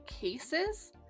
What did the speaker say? cases